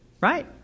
right